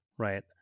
Right